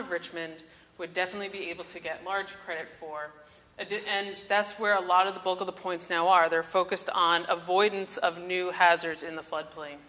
of richmond would definitely be able to get large credit for and that's where a lot of the bulk of the points now are they're focused on avoidance of new hazards in the floodplain